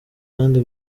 kandi